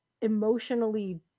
emotionally